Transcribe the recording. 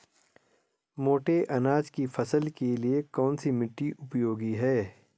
मोटे अनाज की फसल के लिए कौन सी मिट्टी उपयोगी है?